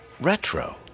retro